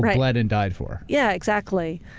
bled and died for. yeah exactly.